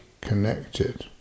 connected